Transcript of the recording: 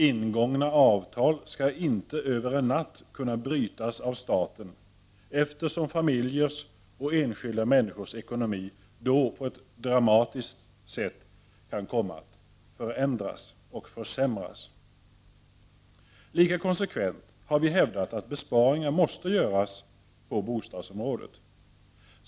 Ingångna avtal skall inte över en natt kunna brytas av staten, eftersom familjers och enskilda människors ekonomi då på ett dramatiskt sätt kan komma att försämras. Lika konsekvent har vi hävdat att besparingar måste göras på bostadsområdet.